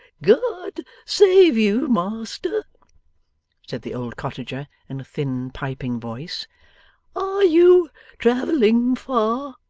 god save you, master said the old cottager in a thin piping voice are you travelling far